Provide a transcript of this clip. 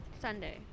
Sunday